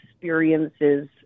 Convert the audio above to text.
experiences